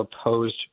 opposed